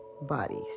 bodies